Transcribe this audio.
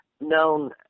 known